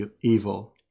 evil